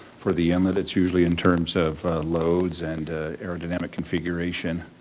for the inlet it's usually in terms of loads and aerodynamic configuration.